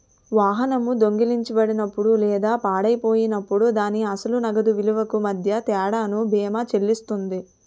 వాహనం దొంగిలించబడినప్పుడు లేదా పాడైపోయినప్పుడు దాని అసలు నగదు విలువకు మధ్య తేడాను బీమా చెల్లిస్తుంది